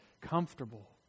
comfortable